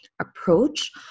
approach